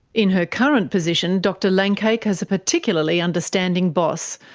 in her current position, dr langcake has a particularly understanding boss,